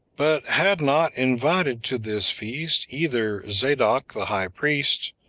but had not invited to this feast either zadok the high priest,